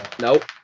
Nope